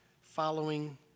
following